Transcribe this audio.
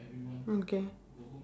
okay